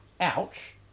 ouch